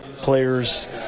players